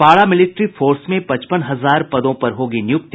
पारा military force में पचपन हजार पदों पर होगी नियुक्ति